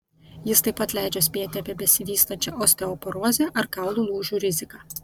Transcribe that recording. jis taip pat leidžia spėti apie besivystančią osteoporozę ar kaulų lūžių riziką